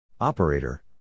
Operator